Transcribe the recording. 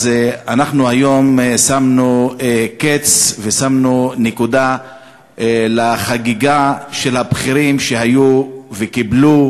אז אנחנו היום שמנו קץ ושמנו נקודה לחגיגה של הבכירים שהיו וקיבלו